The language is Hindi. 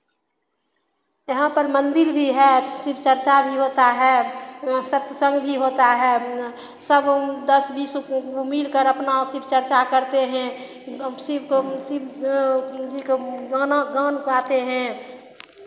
यहाँ पर मंदिर भी है तो शिव चर्चा भी होता है और सत्संग भी होता है अपना सब दस बीस मिलकर अपना शिव चर्चा करते हैं शिव को शिव जी को गाना गान गाते हैं